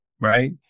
right